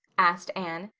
asked anne.